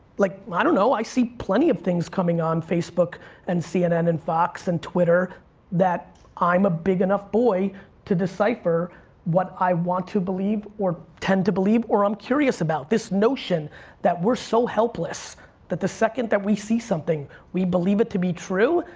like i don't know, i see plenty of things coming on facebook and cnn and fox and twitter that i'm a big enough boy to decipher what i want to believe or tend to believe or i'm curious about. this notion that we're so helpless that the second that we see something, we believe it to be true,